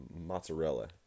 mozzarella